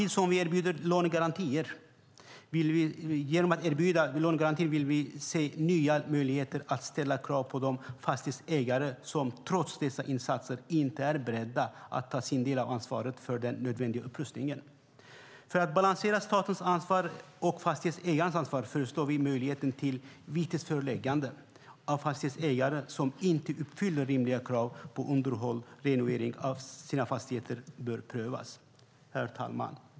Genom att lånegarantier erbjuds vill vi se nya möjligheter att ställa krav på de fastighetsägare som trots dessa insatser inte är beredda att ta sin del av ansvaret för den nödvändiga upprustningen. För att balansera statens ansvar och fastighetsägarnas ansvar föreslår vi att möjligheter till vitesföreläggande av fastighetsägare som inte uppfyller rimliga krav på underhåll och renovering av sina fastigheter bör prövas. Herr talman!